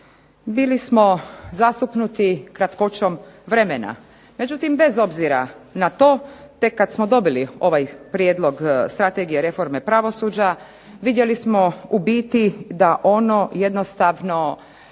bili smo zasupnuti kratkoćom vremena. Međutim, bez obzira na to tek kad smo dobili ovaj prijedlog Strategije reforme pravosuđa vidjeli smo u biti da ono jednostavno